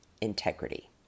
integrity